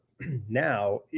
now